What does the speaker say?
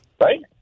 Right